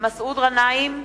מסעוד גנאים,